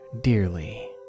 dearly